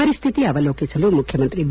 ಪರಿಸ್ಟಿತಿ ಅವಲೋಕಿಸಲು ಮುಖ್ಚಮಂತ್ರಿ ಬಿ